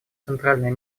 центральное